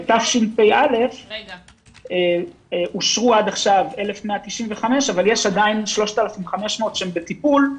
בתשפ"א אושרו עד עכשיו 1,195 אבל יש עוד 3,500 שהם בטיפול.